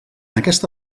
aquesta